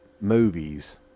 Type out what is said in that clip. movies